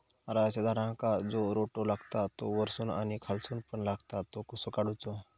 नारळाच्या झाडांका जो रोटो लागता तो वर्सून आणि खालसून पण लागता तो कसो काडूचो?